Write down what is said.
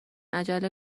عجله